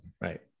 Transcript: Right